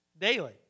daily